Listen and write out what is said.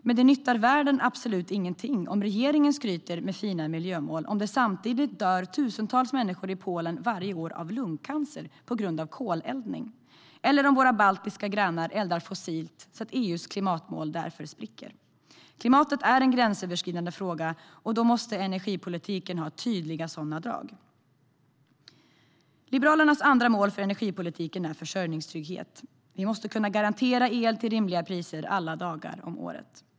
Men det gagnar inte världen på något sätt att regeringen skryter med fina miljömål om tusentals människor samtidigt dör i Polen varje år av lungcancer på grund av koleldning eller om våra baltiska grannar eldar fossilt och EU:s klimatmål därför spricker. Klimatet är en gränsöverskridande fråga, och då måste energipolitiken ha tydliga drag av detta. Liberalernas andra mål för energipolitiken är försörjningstrygghet. Vi måste kunna garantera el till rimliga priser alla dagar om året.